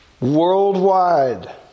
Worldwide